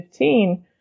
2015